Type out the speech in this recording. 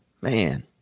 man